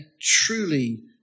truly